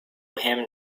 him